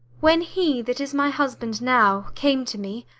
when he that is my husband now came to me,